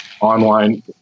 online